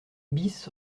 bis